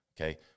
Okay